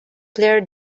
player